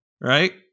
right